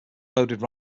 loaded